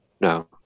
no